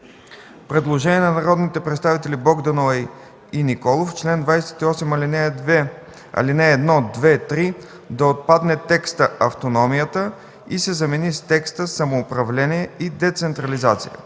Предложение от народните представители Богданова и Николов – в чл. 28, ал. 1, 2 и 3 да отпадне текстът „автономията” и се замени с текста „самоуправление и децентрализацията”.